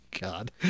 God